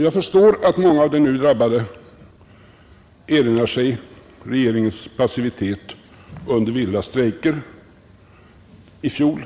Jag förstår att många av de nu drabbade erinrar sig regeringens passivitet under vilda strejker i fjol.